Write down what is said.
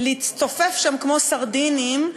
להצטופף שם כמו סרדינים,